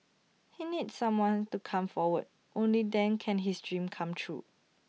he needs someone to come forward only then can his dream come true